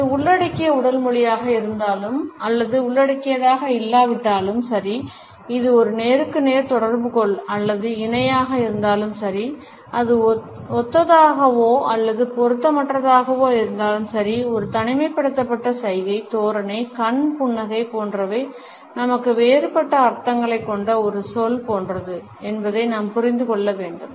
இது உள்ளடக்கிய உடல் மொழியாக இருந்தாலும் அல்லது உள்ளடக்கியதாக இல்லாவிட்டாலும் சரி இது ஒரு நேருக்கு நேர் தொடர்பு அல்லது இணையாக இருந்தாலும் சரி அது ஒத்ததாகவோ அல்லது பொருத்தமற்றதாகவோ இருந்தாலும் சரி ஒரு தனிமைப்படுத்தப்பட்ட சைகை தோரணை கண் புன்னகை போன்றவை நமக்கு வேறுபட்ட அர்த்தங்களைக் கொண்ட ஒரு சொல் போன்றது என்பதை நாம் புரிந்து கொள்ள வேண்டும்